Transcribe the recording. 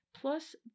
Plus